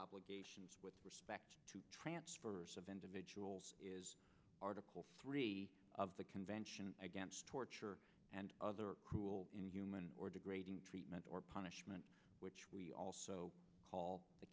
obligations with respect to transfer of individuals is article three of the convention against torture and other cruel inhuman or degrading treatment or punishment which we also call the